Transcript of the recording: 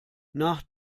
nach